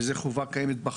וזאת חובה הקיימת בחוק.